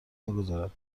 میگذارد